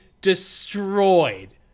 destroyed